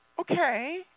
Okay